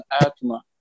Atma